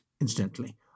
incidentally